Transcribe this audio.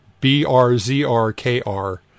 B-R-Z-R-K-R